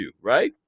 right